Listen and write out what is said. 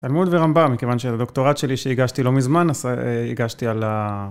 תלמוד ורמבם, מכיוון שהדוקטורט שלי שהגשתי לא מזמן, הגשתי על ה...